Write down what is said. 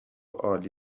عالی